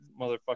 motherfucker